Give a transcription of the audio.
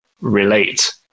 Relate